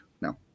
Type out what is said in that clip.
No